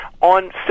on